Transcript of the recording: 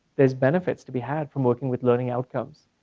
there's benefits to be had from working with learning outcomes.